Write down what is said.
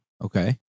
Okay